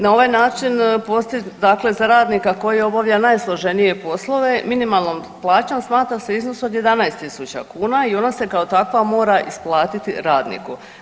Na ovaj način dakle za radnika koji obavlja najsloženije poslove minimalnom plaćom smatra se iznos od 11.000 kuna i ona se kao takva mora isplatiti radniku.